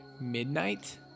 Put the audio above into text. midnight